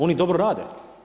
Oni dobro rade.